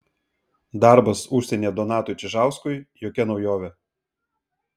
darbas užsienyje donatui čižauskui jokia naujovė